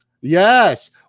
Yes